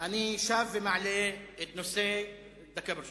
אני שב ומעלה את נושא